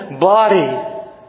body